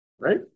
Right